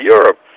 Europe